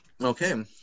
okay